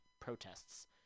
protests